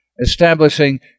establishing